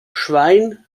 schwein